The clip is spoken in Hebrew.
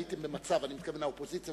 אני מתכוון האופוזיציה,